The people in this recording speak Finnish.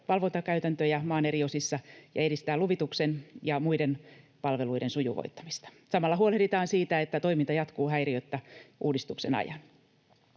valvontakäytäntöjä maan eri osissa ja edistää luvituksen ja muiden palveluiden sujuvoittamista. Samalla huolehditaan siitä, että toiminta jatkuu häiriöttä uudistuksen ajan.